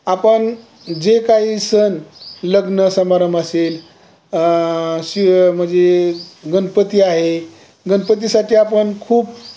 आपण जे काही सण लग्न समारंम असेल शिव म्हणजे गणपती आहे गणपतीसाठी आपण खूप